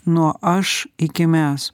nuo aš iki mes